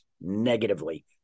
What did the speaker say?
negatively